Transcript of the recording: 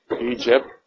Egypt